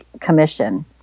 commission